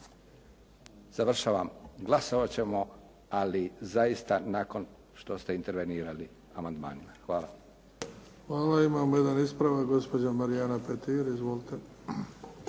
Završavam. Glasovat ćemo, ali zaista nakon što ste intervenirali amandmanima. Hvala. **Bebić, Luka (HDZ)** Hvala. Imamo jedan ispravak, gospođa Marijana Petir. Izvolite.